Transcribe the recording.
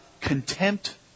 contempt